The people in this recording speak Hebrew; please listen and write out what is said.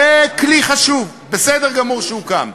זה כלי חשוב, בסדר גמור שהוא קם,